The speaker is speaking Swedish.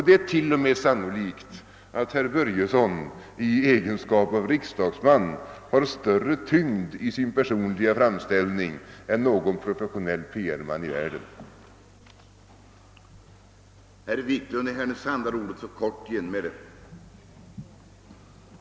Det är t.o.m. sannolikt att herr Börjesson i egenskap av riksdagsman har större tyngd i sin personliga framställning än någon professionell pressombudsman i världen har.